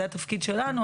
זה התפקיד שלנו.